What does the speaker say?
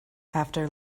after